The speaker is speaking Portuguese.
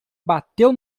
bateu